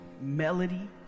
melody